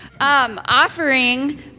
offering